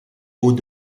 hauts